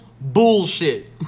Bullshit